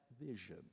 vision